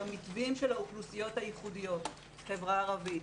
במתווים של האוכלוסיות הייחודיות חברה ערבית,